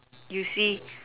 you see